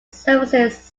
services